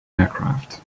aircraft